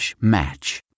match